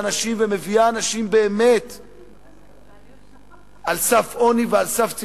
אנשים ומביאה אנשים אל סף עוני ואל סף צמצום.